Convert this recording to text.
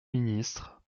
ministre